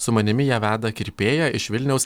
su manimi ją veda kirpėja iš vilniaus